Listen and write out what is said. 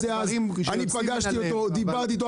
אני פגשתי אותו ודיברתי איתו.